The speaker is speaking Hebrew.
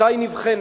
מתי היא נבחנת.